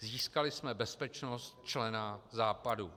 Získali jsme bezpečnost člena Západu.